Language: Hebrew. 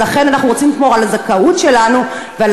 ולכן אנחנו רוצים לשמור על הזכות שלנו ועל